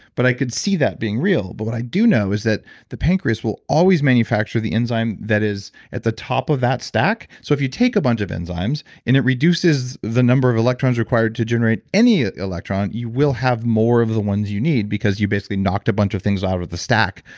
but i could see that being real. but what i do know is that the pancreas will always manufacturer the enzyme that is at the top of that stack. so if you take a bunch of enzymes, and it reduces the number of electrons required to generate any electron, you will have more of the ones you need because you basically knocked a bunch of things out of of the stack.